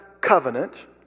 covenant